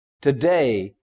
today